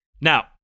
Now